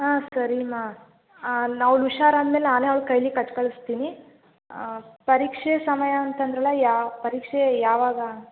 ಆಂ ಸರಿ ಮಾ ನ್ ಅವ್ಳು ಹುಷಾರ್ ಆದ ಮೇಲೆ ನಾನೇ ಅವ್ಳ ಕೈಲಿ ಕೊಟ್ಟ್ ಕಳಿಸ್ತೀನಿ ಪರೀಕ್ಷೆ ಸಮಯ ಅಂತಂದ್ರಲ್ಲ ಯಾವ ಪರೀಕ್ಷೆ ಯಾವಾಗ